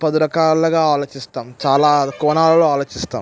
పది రకాలుగా ఆలోచిస్తాం చాలా కోణాల్లో ఆలోచిస్తాం